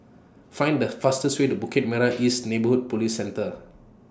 Find The fastest Way to Bukit Merah East Neighbourhood Police Centre